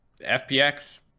FPX